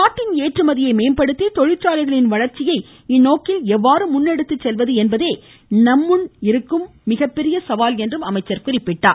நாட்டின் ஏற்றுமதியை மேம்படுத்தி தொழிற்சாலைகளின் வளர்ச்சியை இந்நோக்கில் எவ்வாறு முன்னெடுத்துச்செல்வது என்பதே நம்முன் இருக்கும் மிகப்பெரிய சவால் என்று குறிப்பிட்டார்